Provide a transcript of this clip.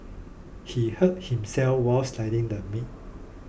he hurt himself while slicing the meat